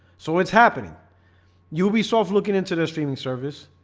so it's happening you'll be soft looking into the streaming service.